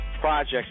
projects